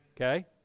Okay